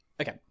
okay